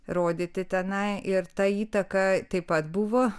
rodyti tenai ir ta įtaka taip pat buvo